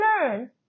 learn